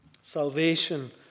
Salvation